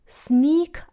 ,sneak